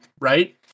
right